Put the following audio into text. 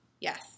Yes